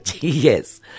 Yes